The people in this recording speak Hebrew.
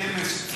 שניהם מסובסדים.